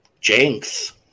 Jinx